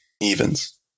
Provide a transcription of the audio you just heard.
Evens